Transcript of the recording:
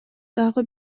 дагы